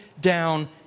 down